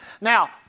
Now